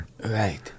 Right